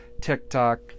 TikTok